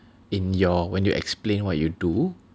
in your when you explain what you do